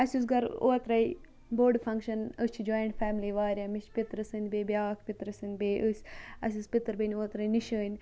اَسہِ اوس گَرِ اوٚترٕے بوٚڈ فَنٛگشَن أسۍ چھِ جویِنٛٹ فیملی واریاہ مےٚ چھِ پِتِرٕ سٕنٛدۍ بیٚیہِ بیاکھ پِتِرٕ سٕنٛدۍ بیٚیہِ أسۍ اَسہِ ٲسۍ پِترِ بیٚنہِ اوترٕے نِشٲنۍ